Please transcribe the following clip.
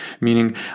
meaning